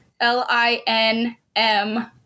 l-i-n-m